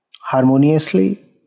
harmoniously